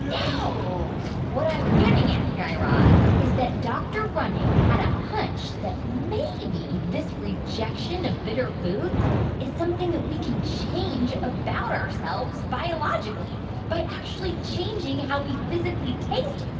oh what i'm getting at, guy raz, is that dr. running had a hunch that maybe this rejection of bitter foods is something that we can change about ourselves biologically by actually changing how we physically taste,